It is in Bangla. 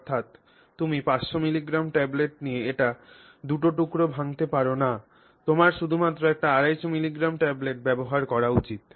অর্থাৎ তুমি 500 মিলিগ্রাম ট্যাবলেট নিয়ে এটি দুটি টুকরোতে ভাঙ্গতে পার না তোমার শুধুমাত্র একটি 250 মিলিগ্রাম ট্যাবলেট ব্যবহার করা উচিত